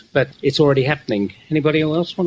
but it's already happening. anybody else want